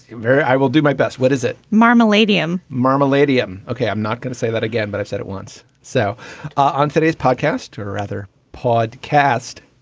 very. i will do my best. what is it? marmalade eum marmalade okay. i'm not going to say that again, but i said it once. so on today's podcast or rather podcast,